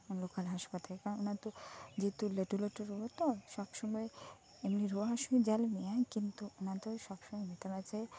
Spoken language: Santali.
ᱞᱳᱠᱟᱞ ᱦᱟᱸᱥᱯᱟᱛᱟᱞ ᱠᱟᱱᱟ ᱚᱱᱟ ᱫᱚ ᱡᱮᱦᱮᱛᱩ ᱞᱟᱴᱩ ᱞᱟᱴᱩ ᱨᱩᱣᱟᱹ ᱛᱚ ᱥᱚᱵᱽ ᱥᱩᱢᱟᱹᱭ ᱮᱢᱱᱤ ᱨᱩᱣᱟᱹ ᱦᱟᱥᱩ ᱧᱮᱞ ᱢᱮᱭᱟᱭ ᱠᱤᱱᱛᱩ ᱚᱱᱟ ᱫᱚ ᱥᱚᱵᱽ ᱥᱩᱢᱟᱹᱭ ᱢᱮᱛᱟᱢᱟ ᱡᱮ